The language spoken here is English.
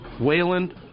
Wayland